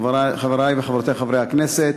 חברי וחברותי חברי הכנסת,